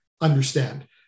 understand